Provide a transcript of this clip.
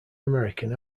american